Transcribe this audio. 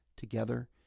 together